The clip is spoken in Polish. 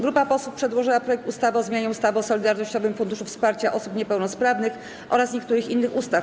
Grupa posłów przedłożyła projekt ustawy o zmianie ustawy o Solidarnościowym Funduszu Wsparcia Osób Niepełnosprawnych oraz niektórych innych ustaw.